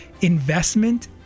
investment